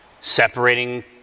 separating